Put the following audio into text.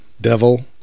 Devil